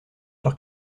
sur